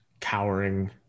cowering